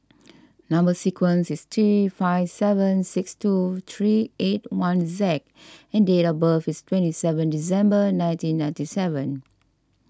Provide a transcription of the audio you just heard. Number Sequence is T five seven six two three eight one Z and date of birth is twenty seven December nineteen ninety seven